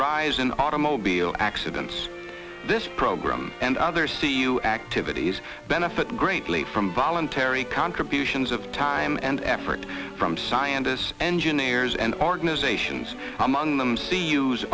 rise in automobile accidents this program and other c u activities benefit greatly from voluntary contributions of time and effort from scientists engineers and organizations among them